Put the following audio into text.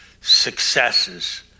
successes